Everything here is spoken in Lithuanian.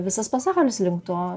visas pasaulis link to